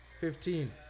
Fifteen